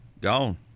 Gone